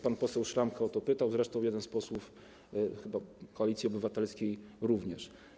Pan poseł Szramka o to pytał, zresztą jeden z posłów chyba Koalicji Obywatelskiej również.